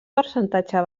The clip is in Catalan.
percentatge